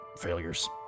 failures